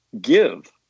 give